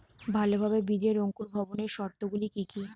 ভালোভাবে বীজের অঙ্কুর ভবনের শর্ত গুলি কি কি?